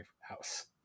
house